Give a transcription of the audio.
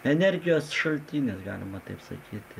energijos šaltinis galima taip sakyti